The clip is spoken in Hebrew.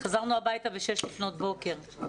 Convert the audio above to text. חזרנו הביתה ב-06:00 בבוקר.